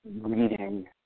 reading